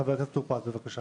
חבר הכנסת טור פז, בבקשה.